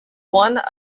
one